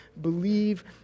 Believe